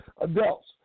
adults